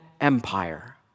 Empire